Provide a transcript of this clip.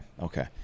okay